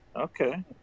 Okay